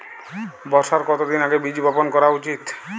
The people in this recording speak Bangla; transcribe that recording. বর্ষার কতদিন আগে বীজ বপন করা উচিৎ?